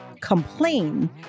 complain